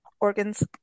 organs